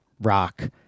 rock